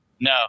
no